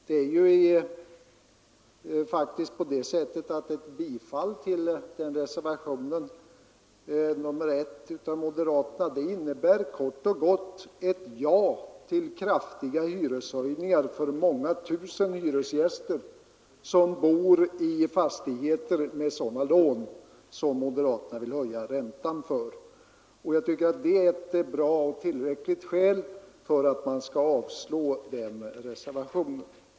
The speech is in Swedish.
Det är faktiskt på det sättet att ett bifall till reservationen 1 av moderaterna kort och gott innebär ett ja till kraftiga hyreshöjningar för många tusen hyresgäster som bor i fastigheter med sådana lån som moderaterna vill höja räntan för. Jag tycker det är ett tillräckligt skäl för att man skall avslå den reservationen.